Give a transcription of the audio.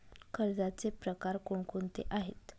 कर्जाचे प्रकार कोणकोणते आहेत?